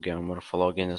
geomorfologinis